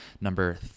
number